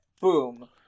boom